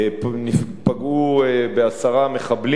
פגעו בעשרה מחבלים.